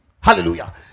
hallelujah